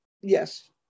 yes